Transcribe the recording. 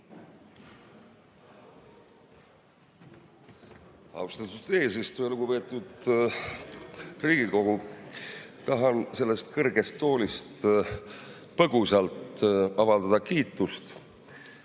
Austatud eesistuja! Lugupeetud Riigikogu! Tahan sellest kõrgest toolist põgusalt avaldada kiitust